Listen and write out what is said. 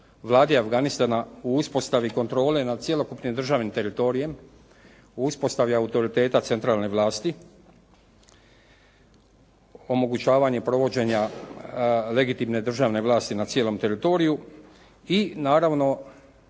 vladi Afganistana u uspostavi kontrole nad cjelokupnim državnim teritorijem, u uspostavi autoriteta centralne vlasti, omogućavanje provođenja legitimne državne vlasti nad cijelom teritoriju i naravno